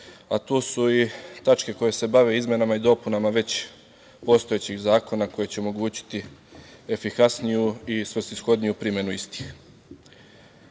a tu su i tačke koje se bave izmenama i dopunama već postojećih zakona koji će omogućiti efikasniju i svrsishodniju primenu